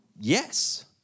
yes